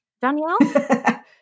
Danielle